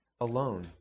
alone